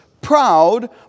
proud